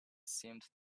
seemed